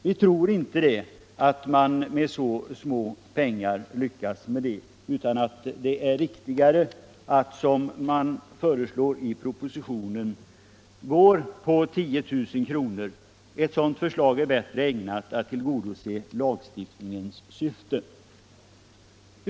Vi tror inte att det lyckas med så små medel utan att det är riktigare att som propositionen föreslår ha en beloppsgräns på 10000 kr. — ett sådant förslag är bättre ägnat att tillgodose lagstiftningens syfte.